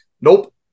nope